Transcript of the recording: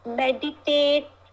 meditate